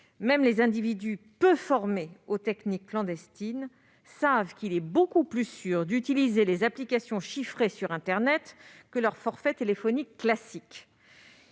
Même les individus peu formés aux techniques clandestines savent qu'il est beaucoup plus sûr d'utiliser les applications chiffrées sur internet que leur forfait téléphonique classique.